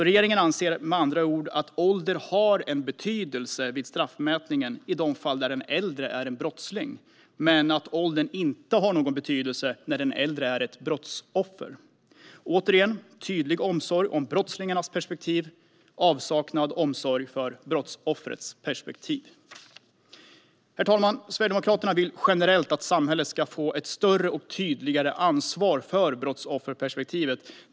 Regeringen anser med andra ord att ålder har en betydelse vid straffmätningen i de fall där den äldre är en brottsling men att åldern inte har någon betydelse när den äldre är ett brottsoffer. Återigen ser vi en tydlig omsorg om brottslingens perspektiv och avsaknad av omsorg om brottsoffrets perspektiv. Herr talman! Sverigedemokraterna vill generellt att samhället ska få ett större och tydligare ansvar för brottsofferperspektivet.